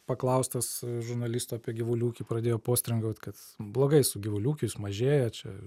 paklaustas žurnalistų apie gyvulių ūkį pradėjo postringaut kad blogai su gyvulių ūkis jis mažėja čia